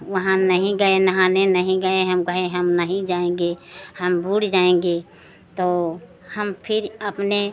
वहाँ नहीं गए नहाने नहीं गए हम कहे हम नहीं जाएँगे हम बूड़ जाएँगे तो हम फिर अपने